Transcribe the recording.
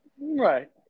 right